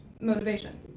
motivation